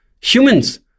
humans